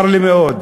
צר לי מאוד.